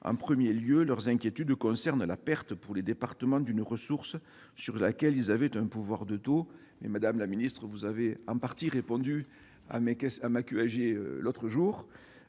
En premier lieu, leurs inquiétudes concernent la perte, par les départements, d'une ressource sur laquelle ils bénéficiaient d'un pouvoir de taux. Madame la ministre, vous m'avez en partie répondu le 13 novembre